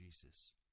Jesus